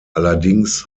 allerdings